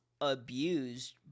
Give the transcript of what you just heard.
abused